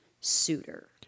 suitor